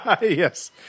Yes